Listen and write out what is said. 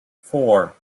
four